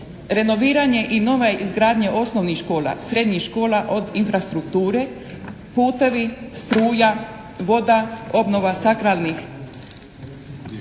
renoviranje i nova izgradnja osnovnih škola, srednjih škola od infrastrukture, putevi, struja, voda, obnova sakralnih